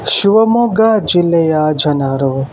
ಶಿವಮೊಗ್ಗ ಜಿಲ್ಲೆಯ ಜನರು